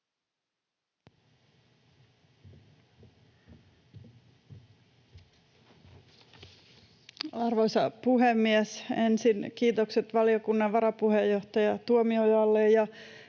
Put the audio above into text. Arvoisa puhemies! Ensin kiitokset valiokunnan varapuheenjohtaja Tuomiojalle